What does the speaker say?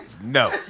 No